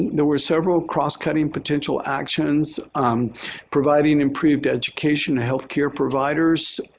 there were several cross cutting potential actions providing improved education to healthcare providers,